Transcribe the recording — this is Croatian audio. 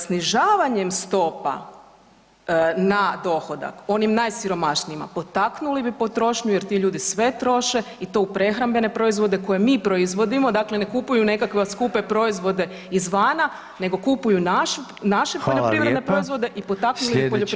Snižavanjem stopa na dohodak onim najsiromašnijima potaknuli bi potrošnju jer ti ljudi sve troše i to u prehrambene proizvode koje mi proizvodimo, dakle ne kupuju nekakve skupe proizvode izvana nego kupuju naše poljoprivredne proizvode i … poljoprivrednu proizvodnju.